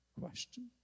question